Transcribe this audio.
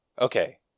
Okay